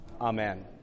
Amen